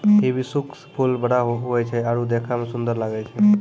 hibiscus फूल बड़ा बड़ा हुवै छै आरु देखै मे सुन्दर लागै छै